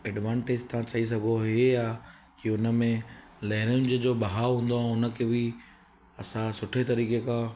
advantage तव्हां चई सघो हीअ आहे की हुनमें लहरियुनि जो बहावु हूंदो आहे हुनखे बि असां सुठी तरीक़े खां